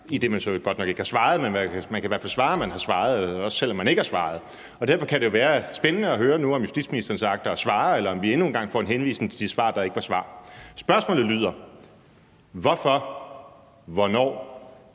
– idet man så godt nok ikke har svaret, men man kan i hvert fald svare, at man har svaret, også selv om man ikke har svaret. Og derfor kunne det være spændende at høre nu, om justitsministeren så agter at svare, eller om vi endnu en gang får en henvisning til de svar, der ikke var svar. Spørgsmålet lyder: Hvorfor og hvornår